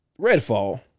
Redfall